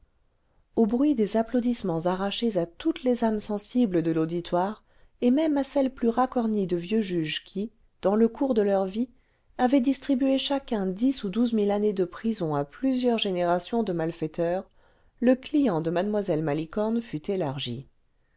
au bruit des applaudissements arrachés à toutes les âmes sensibles de l'auditoire et même à celles plus racornies cle vieux juges qui dans le cours de leur vie avaient distribué chacun dix ou douze mille années de prison à plusieurs générations de malfaiteurs le client de mlle malicorne fut élargi